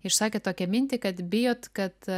išsakėt tokią mintį kad bijot kad